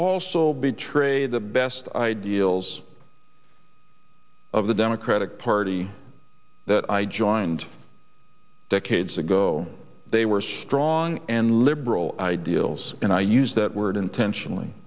also be trade the best ideals of the democratic party that i joined decades ago they were strong and liberal ideals and i use that word intentionally